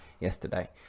yesterday